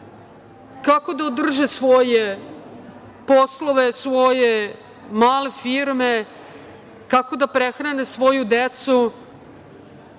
kako da održe svoje poslove, svoje male firme, kako da prehrane svoju decu,